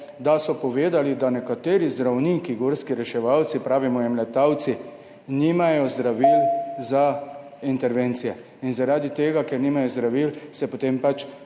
da so povedali, da nekateri zdravniki gorski reševalci, pravimo jim letalci, nimajo zdravil za intervencije. Zaradi tega, ker nimajo zdravil, se potem pač